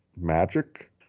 Magic